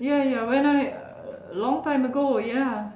ya ya when I long time ago ya